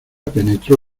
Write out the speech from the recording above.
penetró